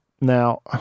Now